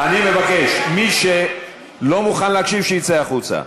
אני מבקש, מי שלא מוכן להקשיב, שיצא החוצה,